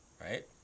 right